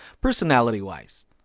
personality-wise